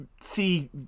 see